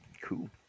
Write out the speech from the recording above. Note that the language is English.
Cool